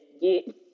get